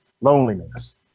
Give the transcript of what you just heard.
loneliness